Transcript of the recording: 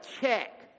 check